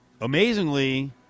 Amazingly